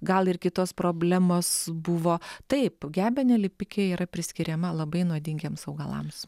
gal ir kitos problemos buvo taip gebenė lipikė yra priskiriama labai nuodingiems augalams